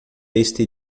este